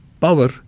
power